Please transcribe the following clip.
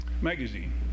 magazine